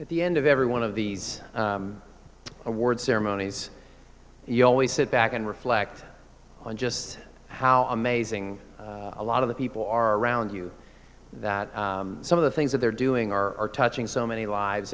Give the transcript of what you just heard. at the end of every one of these awards ceremonies you always sit back and reflect on just how amazing a lot of the people are around you that some of the things that they're doing are touching so many lives